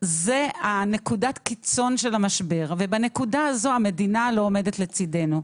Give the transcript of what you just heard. זאת נקודת הקיצון של המשבר ובנקודה הזאת המדינה לא עומדת לצידנו.